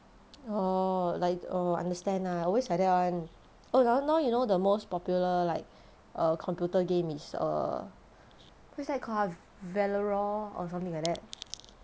orh like oh understand ah always like that [one] oh now now you know the most popular like err computer game is err what's that call ah valorant or something like that